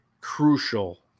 crucial